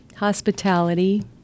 Hospitality